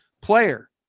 player